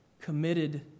committed